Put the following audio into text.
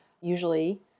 Usually